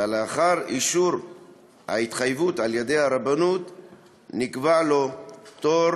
ולאחר אישור ההתחייבות על-ידי הרבנות נקבע לו תור